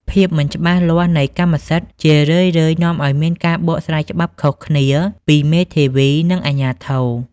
ភាពមិនច្បាស់លាស់នៃកម្មសិទ្ធិ ជារឿយៗនាំឱ្យមានការបកស្រាយច្បាប់ខុសគ្នាពីមេធាវី និងអាជ្ញាធរ។